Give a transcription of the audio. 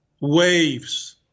waves